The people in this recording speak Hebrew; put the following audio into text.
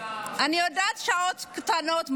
אני יודעת שהשעות קטנות,